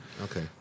Okay